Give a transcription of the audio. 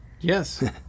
yes